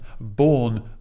born